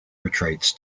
retreats